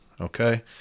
Okay